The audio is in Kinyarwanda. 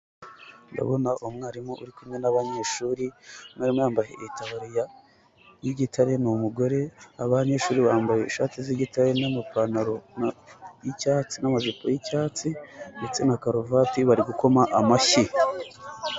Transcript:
Ndabona mwarimu uri kumwe n'abanyeshuri, umwarimu yambaye itaburiya y'igitare, ni umugore, abanyeshuri bambaye ishati z'igitare n'amapantaro y'icyatsi n'amajipo y'icyatsi ndetse na karuvati bari gukoma amashyi.